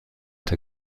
der